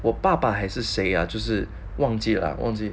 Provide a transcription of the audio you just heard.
我爸爸还是谁 ah 就是忘记了忘记